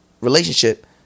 relationship